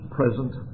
present